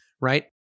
Right